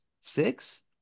six